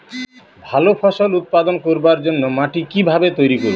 ভালো ফসল উৎপাদন করবার জন্য মাটি কি ভাবে তৈরী করব?